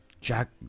Jack